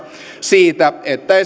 siitä että esimerkiksi